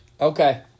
Okay